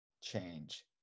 change